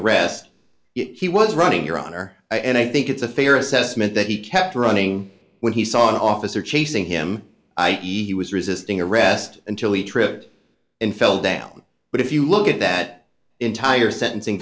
arrest he was running your honor and i think it's a fair assessment that he kept running when he saw an officer chasing him i e he was resisting arrest and he tripped and fell down but if you look at that entire sentencing